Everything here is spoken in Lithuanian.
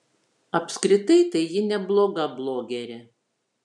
apskritai tai ji nebloga blogerė